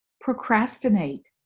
procrastinate